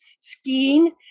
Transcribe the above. skiing